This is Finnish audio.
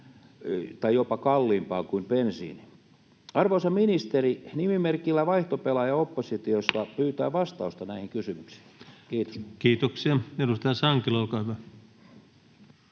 tai jopa kalliimpaa kuin bensiini. Arvoisa ministeri, nimimerkki ”Vaihtopelaaja oppositiosta” pyytää vastausta näihin kysymyksiin. — Kiitos. Kiitoksia. — Edustaja Sankelo, olkaa hyvä.